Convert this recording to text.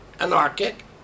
anarchic